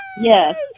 Yes